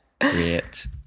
Great